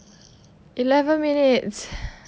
eleven minutes